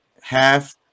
half